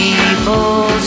People